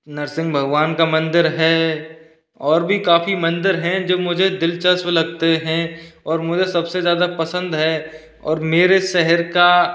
नरसिंह भगवान का मंदिर है ओर भी काफ़ी मंदिर हैं जो मुझे दिलचस्प लगते हैं ओर मुझे सबसे ज़्यादा पसंद हैं और मेरे शहर का